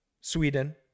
sweden